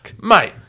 Mate